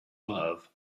love